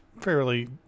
fairly